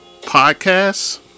Podcasts